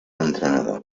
entrenador